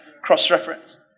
cross-reference